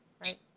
Right